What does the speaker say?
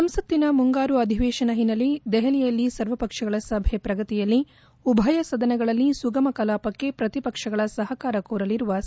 ಸಂಸತ್ತಿನ ಮುಂಗಾರು ಅಧಿವೇತನ ಹಿನ್ನೆಲೆ ದೆಹಲಿಯಲ್ಲಿ ಸರ್ವ ಪಕ್ಷಗಳ ಸಭೆ ಪ್ರಗತಿಯಲ್ಲಿ ಉಭಯ ಸದನಗಳಲ್ಲಿ ಸುಗಮ ಕಲಾಪಕ್ಕೆ ಪ್ರತಿಪಕ್ಷಗಳ ಸಹಕಾರ ಕೋರಲಿರುವ ಸರ್ಕಾರ್